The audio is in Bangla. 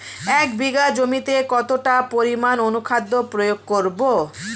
এক বিঘা জমিতে কতটা পরিমাণ অনুখাদ্য প্রয়োগ করব?